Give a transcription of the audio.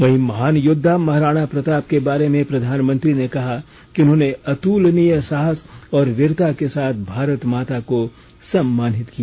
वहीं महान योद्वा महाराणा प्रताप के बारे में प्रधानमंत्री ने कहा कि उन्होंने अतुलनीय साहस और वीरता के साथ भारत माता को सम्मानित किया